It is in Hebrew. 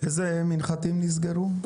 איזה מנחתים נסגרו?